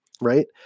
right